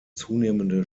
zunehmende